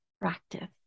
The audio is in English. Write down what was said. Practice